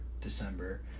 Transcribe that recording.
December